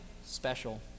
special